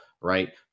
right